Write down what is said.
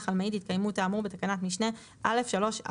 המעיד התקיימות האמור בתקנת משנה (א)(3)(א1).